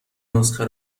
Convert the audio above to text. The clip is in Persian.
نسخه